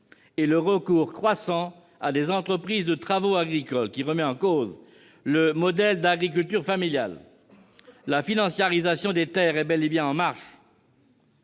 et le recours croissant à des entreprises de travaux agricoles, ce qui remet en cause le modèle d'agriculture familiale. La financiarisation des terres est bel et bien en marche-